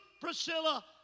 Priscilla